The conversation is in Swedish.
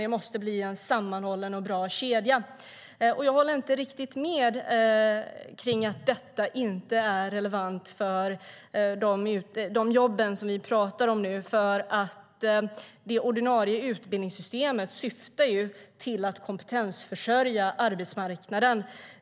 Det måste bli en sammanhållen och bra kedja. Jag håller inte riktigt med om att detta inte är relevant för de jobb som vi nu pratar om. Det ordinarie utbildningssystemet syftar ju till att kompetensförsörja arbetsmarknaden.